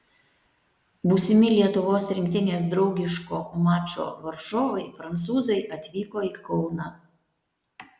būsimi lietuvos rinktinės draugiško mačo varžovai prancūzai atvyko į kauną